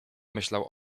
myślał